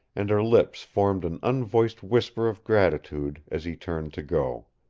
and her lips formed an unvoiced whisper of gratitude as he turned to go.